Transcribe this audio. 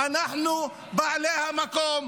אנחנו בעלי המקום,